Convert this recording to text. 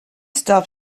stop